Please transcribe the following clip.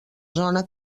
zona